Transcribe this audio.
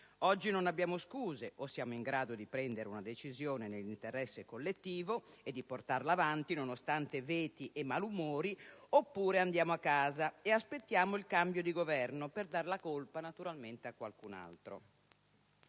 Oggi non abbiamo scuse: o siamo in grado di prendere una decisione nell'interesse collettivo e di portarla avanti, nonostante veti e malumori, oppure andiamo a casa e aspettiamo il cambio di governo per dare la colpa a qualcun'altro.